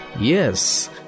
Yes